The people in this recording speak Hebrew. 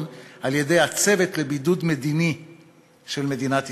על-ידי הצוות לבידוד מדיני של מדינת ישראל.